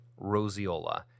roseola